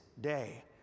day